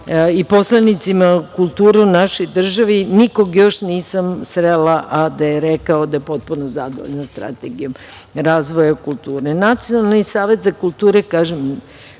i poslanicima, kulture u našoj državi, još nikoga nisam srela da je rekao da je potpuno zadovoljan strategijom razvoja kulture. Nacionalni Savet za kulturu, kažem